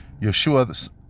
Yeshua